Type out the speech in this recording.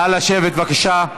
נא לשבת, בבקשה.